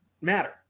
matter